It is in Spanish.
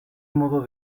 modo